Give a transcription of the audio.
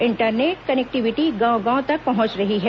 internet connectivity गांव गांव तक पहुंच रही है